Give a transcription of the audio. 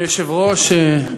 אדוני היושב-ראש,